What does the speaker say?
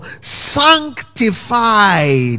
sanctified